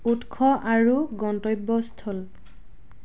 উৎস আৰু গন্তব্যস্থল